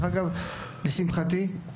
לשמחתי,